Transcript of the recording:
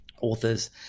authors